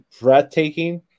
breathtaking